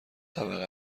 طبقه